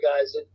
guys